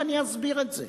ואסביר את זה.